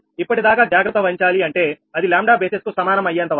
ఇప్పటిదాకా జాగ్రత్త వహించాలి అంటే అది 𝜆 బేసిస్ కు సమానం అయ్యేంతవరకు